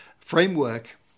framework